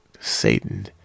Satan